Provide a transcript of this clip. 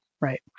Right